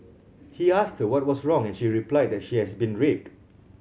he asked what was wrong and she replied that she had been raped